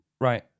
Right